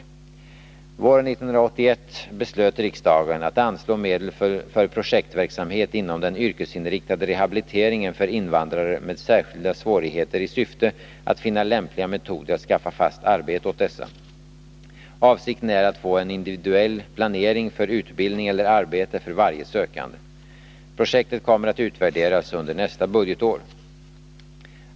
Våren 1981 beslöt riksdagen att anslå medel för projektverksamhet inom den yrkesinriktade rehabiliteringen för invandrare med särskilda svårigheter i syfte att finna lämpliga metoder att skaffa fast arbete åt dessa. Avsikten är att få en individuell planering för utbildning eller arbete för varje sökande. Projektet kommer att utvärderas under nästa budgetår.